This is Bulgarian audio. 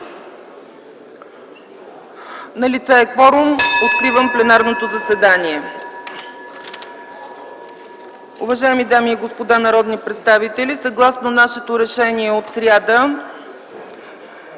Налице е кворум. Откривам пленарното заседание.